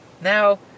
Now